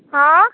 आँय